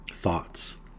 thoughts